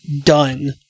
done